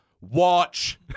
watch